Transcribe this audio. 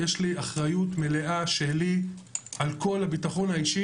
יש לי אחריות מלאה שלי על כל הביטחון האישי